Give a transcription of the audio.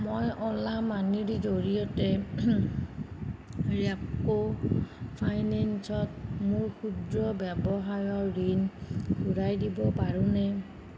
মই অ'লা মানিৰ জৰিয়তে ৰেপক' ফাইনেন্সত মোৰ ক্ষুদ্ৰ ব্যৱসায়ৰৰ ঋণ ঘূৰাই দিব পাৰোঁনে